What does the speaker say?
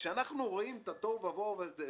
כאשר אנחנו רואים את התוהו ובוהו הזה,